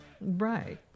Right